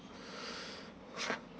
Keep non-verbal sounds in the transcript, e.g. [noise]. [breath]